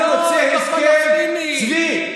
צבי,